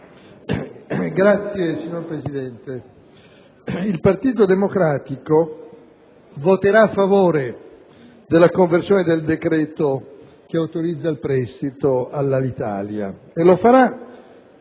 *(PD)*. Signor Presidente, il Partito Democratico voterà a favore della conversione del decreto-legge che autorizza il prestito all'Alitalia e lo farà